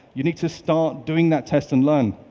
you need to start doing that test and learn,